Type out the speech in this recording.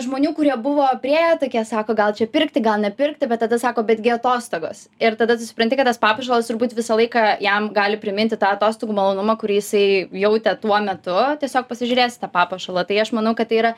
žmonių kurie buvo priėję tokie sako gal čia pirkti gal nepirkti bet tada sako betgi atostogos ir tada tu supranti kad tas papuošalas turbūt visą laiką jam gali priminti tą atostogų malonumą kurį jisai jautė tuo metu tiesiog pasižiūrėsite papuošalą tai aš manau kad tai yra